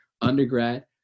undergrad